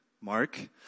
Mark